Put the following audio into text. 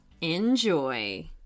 Enjoy